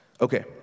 Okay